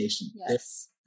Yes